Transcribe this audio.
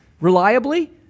reliably